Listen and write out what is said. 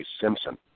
Simpson